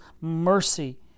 mercy